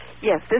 Yes